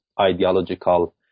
ideological